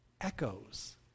echoes